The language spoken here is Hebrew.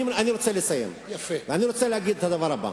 אני רוצה לסיים ואני רוצה להגיד את הדבר הבא: